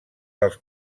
dels